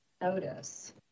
notice